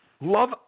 love